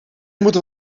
moeten